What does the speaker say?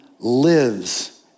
Lives